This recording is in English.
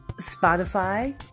Spotify